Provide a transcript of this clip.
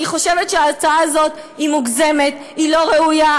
אני חושבת שההצעה הזאת היא מוגזמת, היא לא ראויה.